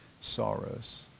sorrows